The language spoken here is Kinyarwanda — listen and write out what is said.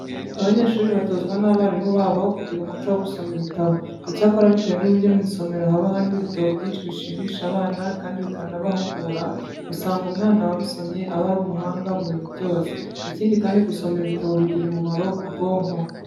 Abanyeshuri batozwa n'abarimu babo kugira umuco wo gusoma ibitabo. Icyakora bitewe n'uburyo mu isomero haba harimo ibitabo byinshi bishimisha abana kandi bikanabahugura, usanga umwana wabisomye aba ari umuhanga mu bintu byose. Ikindi kandi gusoma ibitabo bigira umumaro ku bwonko.